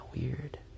weird